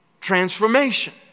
Transformation